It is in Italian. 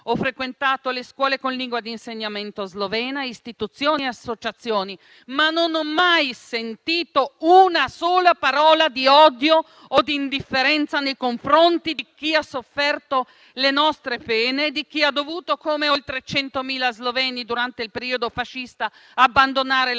Ho frequentato le scuole con lingua e insegnamento sloveno, istituzioni e associazioni, ma non ho mai sentito una sola parola di odio o di indifferenza nei confronti di chi ha sofferto le nostre pene, di chi ha dovuto, come oltre 100.000 sloveni durante il periodo fascista, abbandonare la propria